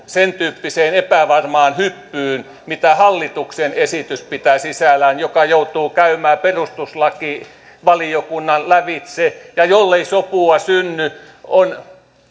sen tyyppistä epävarmaa hyppyä mitä hallituksen esitys pitää sisällään joka joutuu käymään perustuslakivaliokunnan lävitse ja jollei sopua synny on